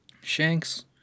Shanks